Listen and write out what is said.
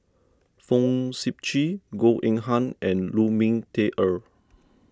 Fong Sip Chee Goh Eng Han and Lu Ming Teh Earl